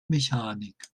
mechanik